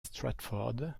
stratford